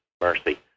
mercy